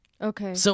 Okay